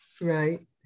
right